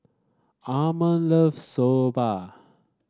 Ammon love Soba